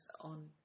on